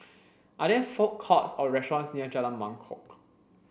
are there food courts or restaurants near Jalan Mangkok